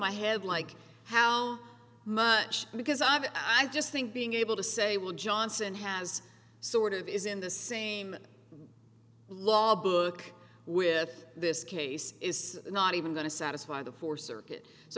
my head like how much because i mean i just think being able to say when johnson has sort of is in the same logbook with this case is not even going to satisfy the four circuit so